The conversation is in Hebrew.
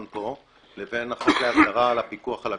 פה לבין החוק להסדרה על הפיקוח על הכלבים,